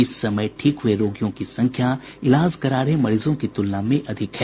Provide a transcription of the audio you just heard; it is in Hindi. इस समय ठीक हुए रोगियों की संख्या इलाज करा रहे मरीजों की तुलना में अधिक है